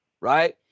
right